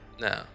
No